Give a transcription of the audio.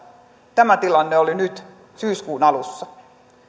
tämä tilanne oli nyt syyskuun alussa